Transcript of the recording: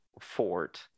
fort